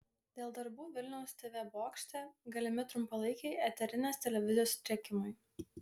dėl darbų vilniaus tv bokšte galimi trumpalaikiai eterinės televizijos sutrikimai